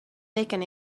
taken